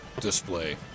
display